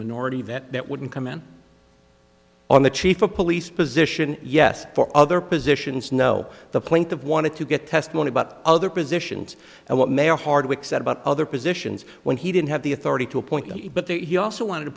minority that wouldn't comment on the chief of police position yes for other positions no the point of wanted to get testimony about other positions and what may or hardwick said about other positions when he didn't have the authority to appoint them but that he also wanted to